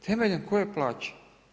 Temeljem koje plaće?